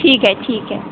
ठीक आहे ठीक आहे